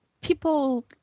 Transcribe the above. people